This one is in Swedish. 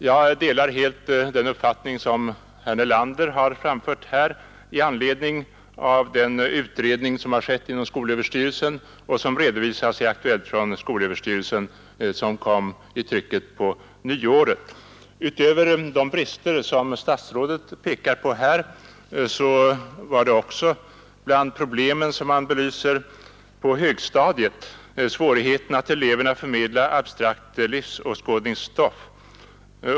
Jag delar helt den uppfattning som herr Nelander har framfört i anledning av den utredning som har skett inom skolöverstyrelsen och som redovisas i det nummer av Aktuellt från skolöverstyrelsen vilket kom från trycket på nyåret. Utöver de brister som statsrådet här pekar på finns bland de problem som utredningen belyser svårigheterna att till eleverna på högstadiet förmedla abstrakt livsåskådningsstoff.